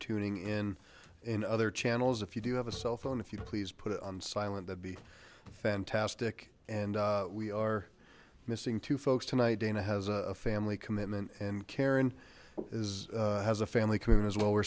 tuning in in other channels if you do have a cell phone if you please put it on silent that'd be fantastic and we are missing two folks tonight dana has a family commitment and karen is has a family community as well we're